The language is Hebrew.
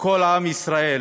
כל עם ישראל